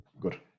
good